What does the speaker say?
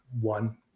One